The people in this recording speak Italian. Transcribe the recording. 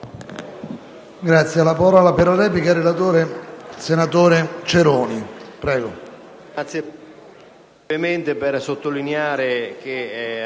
Grazie.